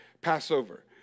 Passover